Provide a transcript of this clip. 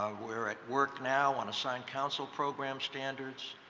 ah we are at work now on assigned counsel program standards.